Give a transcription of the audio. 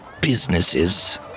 businesses